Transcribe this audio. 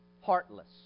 heartless